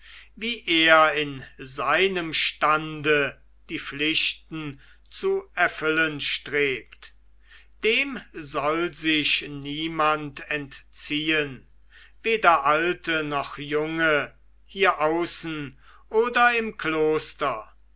wie er in seinem stande die pflichten zu erfüllen strebt dem soll sich niemand entziehen weder alte noch junge hier außen oder im kloster